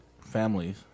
families